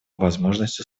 возможность